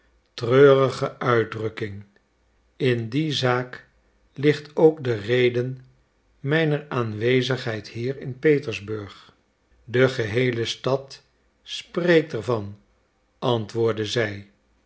treurige uitdrukking in die zaak ligt ook de reden mijner aanwezigheid hier in petersburg de geheele stad spreekt er van antwoordde zij